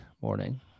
morning